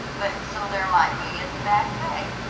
but so there might be at the back bay.